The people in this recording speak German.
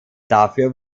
dafür